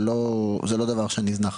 זה לא דבר שנזנח,